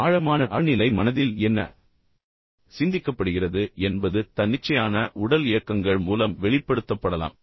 ஆழமான ஆழ்நிலை மனதில் என்ன சிந்திக்கப்படுகிறது என்பது தன்னிச்சையான உடல் இயக்கங்கள் மூலம் வெளிப்படுத்தப்படலாம்